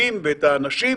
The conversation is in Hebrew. משמרים